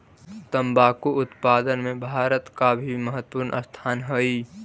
तंबाकू उत्पादन में भारत का भी महत्वपूर्ण स्थान हई